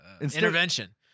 Intervention